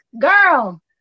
Girl